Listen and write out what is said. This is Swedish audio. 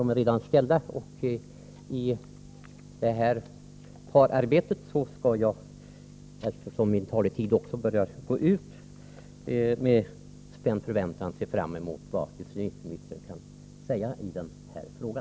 De är alltså redan ställda, och jag ser med spänd förväntan fram mot vad justitieministern kan säga i denna fråga.